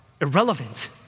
irrelevant